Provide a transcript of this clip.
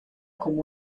como